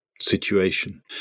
situation